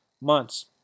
months